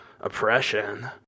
oppression